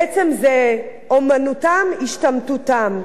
בעצם, זה אומנותם, השתמטותם.